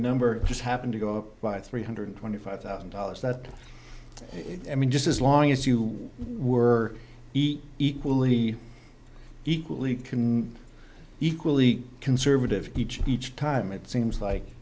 number just happened to go up by three hundred twenty five thousand dollars that i mean just as long as you were equally equally can equally conservative each each time it seems like